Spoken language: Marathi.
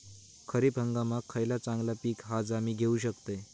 खरीप हंगामाक खयला चांगला पीक हा जा मी घेऊ शकतय?